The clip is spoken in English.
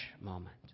moment